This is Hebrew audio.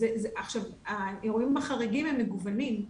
האירועים החריגים הם מגוונים.